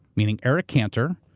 meaning eric cantor,